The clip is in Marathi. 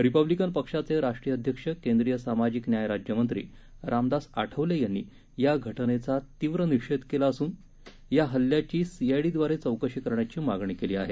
रिपब्लिकन पक्षाचे राष्ट्रीय अध्यक्ष केंद्रीय सामाजिक न्याय राज्यमंत्री रामदास आठवले यांनी या घटनेचा तीव्र निषेध केला असून या हल्ल्याची सीआयडी द्वारे चौकशी करण्याची मागणी केली आहे